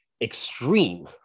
extreme